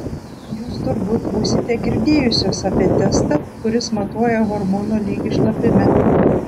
jūs turbūt būsite girdėjusios apie testą kuris matuoja hormono lygį šlapime